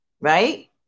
right